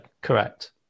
correct